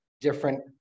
different